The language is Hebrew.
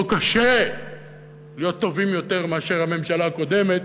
לא קשה להיות טובים יותר מאשר הממשלה הקודמת,